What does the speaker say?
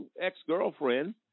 ex-girlfriend